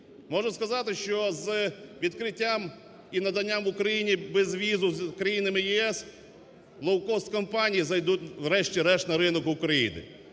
Можу сказати, що з відкриттям і наданням в Україні безвізу з країнами ЄС лоукост-компанії зайдуть врешті-решт на ринок України.